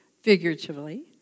figuratively